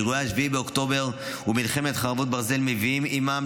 אירועי 7 באוקטובר ומלחמת חרבות ברזל מביאים עימם,